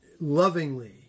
lovingly